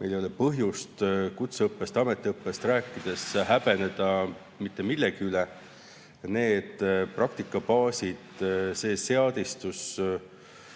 Meil ei ole põhjust kutseõppest, ametiõppest rääkides häbeneda mitte millegi pärast. Praktikabaasid, kogu seadistus,